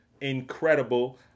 Incredible